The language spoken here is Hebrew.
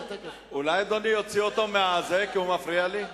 אולי אדוני יוציא אותו, כי הוא מפריע לי.